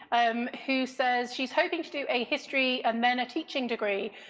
um who says she's hoping to do a history, and then a teaching degree.